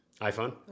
iPhone